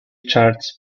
charts